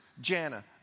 Jana